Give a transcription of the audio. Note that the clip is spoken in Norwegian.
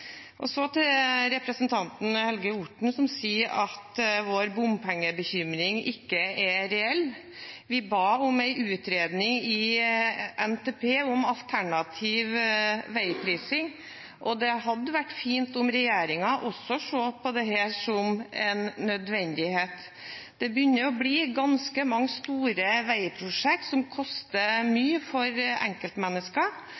for, så for noen blir det mye verre enn det er i dag, og spesielt for dem som har dette som arbeidsvei. Til representanten Helge Orten, som sier at vår bompengebekymring ikke er reell: Vi ba om en utredning i NTP om alternativ veiprising, og det hadde vært fint om regjeringen også så på dette som en nødvendighet. Det begynner